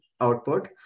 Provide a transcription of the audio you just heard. output